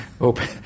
open